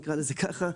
נקרא לזה ככה.